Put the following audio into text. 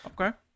Okay